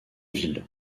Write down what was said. ville